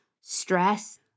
stress